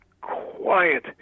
quiet